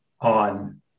on